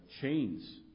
chains